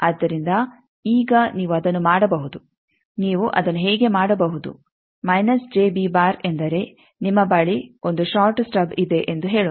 ಆದ್ದರಿಂದ ಈಗ ನೀವು ಅದನ್ನು ಮಾಡಬಹುದು ನೀವು ಅದನ್ನು ಹೇಗೆ ಮಾಡಬಹುದು ಎಂದರೆ ನಿಮ್ಮ ಬಳಿ ಒಂದು ಷಾರ್ಟ್ ಸ್ಟಬ್ ಇದೆ ಎಂದು ಹೇಳೋಣ